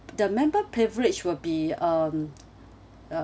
the member privilege will be um uh